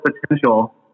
potential